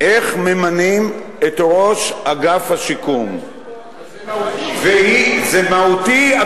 איך ממנים את ראש אגף השיקום, והיא, זה מהותי.